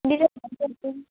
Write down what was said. দিলে ভাল হত